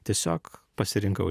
tiesiog pasirinkau